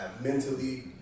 mentally